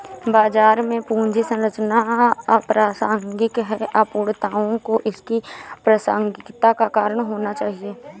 बाजार में पूंजी संरचना अप्रासंगिक है, अपूर्णताओं को इसकी प्रासंगिकता का कारण होना चाहिए